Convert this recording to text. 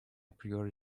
priori